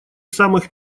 самых